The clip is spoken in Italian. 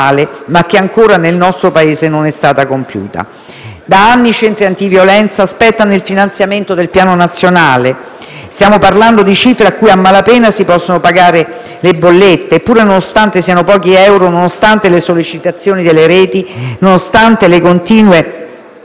che nel nostro Paese non è stata ancora compiuta. Da anni i centri antiviolenza aspettano il finanziamento del Piano nazionale. Stiamo parlando di cifre con cui a malapena si possono pagare le bollette, eppure nonostante siano pochi euro, nonostante le sollecitazioni delle reti e i continui